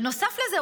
ונוסף על זה,